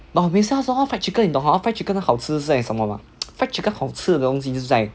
but fried chicken 你懂 hor fried chicken 的好吃是在什么嘛 fried chicken 的好吃的东西是在